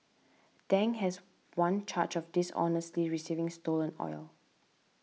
Dang has one charge of dishonestly receiving stolen oil